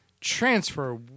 transfer